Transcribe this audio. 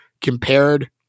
compared